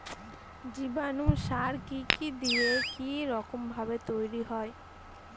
জীবাণু সার কি কি দিয়ে কি রকম ভাবে তৈরি হয়?